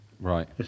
right